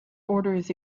orders